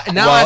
now